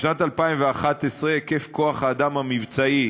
בשנת 2011 היקף כוח-האדם המבצעי,